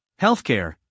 healthcare